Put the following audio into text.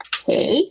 Okay